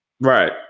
Right